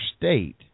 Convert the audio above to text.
state